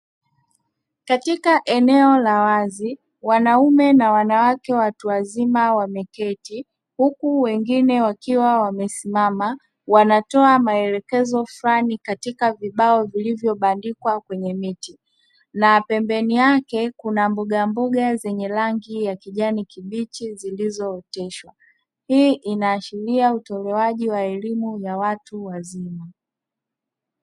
Katika eneo la wazi wanaume na wanawake watu wazima wameketi huku wengine wakiwa wamesimama wanatoa maelekezo fulani katika vibao vilivyobandikwa kwenye miti. Na pembeni yake kuna mbogamboga zenye rangi ya kijani kibichi zilizooteshwa. Hii inaashiria utolewaji wa elimu ya watu wazima.